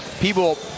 People